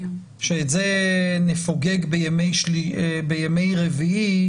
שאת זה נפוגג בימי רביעי,